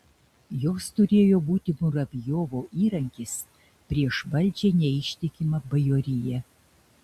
jos turėjo būti muravjovo įrankis prieš valdžiai neištikimą bajoriją